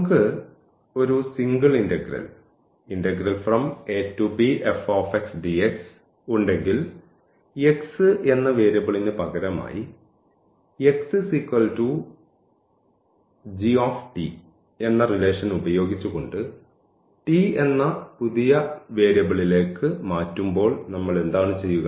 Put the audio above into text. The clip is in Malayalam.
നമുക്ക് ഒരു സിംഗിൾ ഇന്റഗ്രൽ ഉണ്ടെങ്കിൽ എന്ന വേരിയബിളിന് പകരമായി എന്ന റിലേഷൻ ഉപയോഗിച്ചുകൊണ്ട് എന്ന പുതിയ വേരിയബിളിലേക്ക് മാറ്റുമ്പോൾ നമ്മൾ എന്താണ് ചെയ്യുക